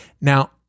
Now